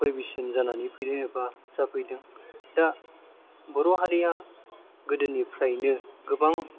परिबेस जानानै फैदों एबा जाफैदों दा बर' हारिया गोदोनिफ्रायनो गोबां